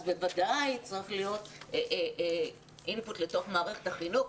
אז בוודאי צריך להיות INPUT לתוך מערכת החינוך,